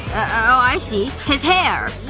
oh. i see. his hair!